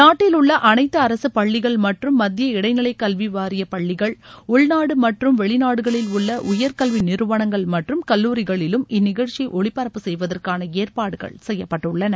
நாட்டிலுள்ள அனைத்து அரசு பள்ளிகள் மற்றும் மத்திய இடைநிலை கல்வி வாரிய பள்ளிகள் உள்நாடு மற்றும் வெளிநாடுகளில் உள்ள உயர்கல்வி நிறுவனங்கள் மற்றும் கல்லூரிகளிலும் இந்நிகழக்சியை ஒலிபரப்பு செய்வதற்கான ஏற்பாடுகள் செய்யப்பட்டுள்ளன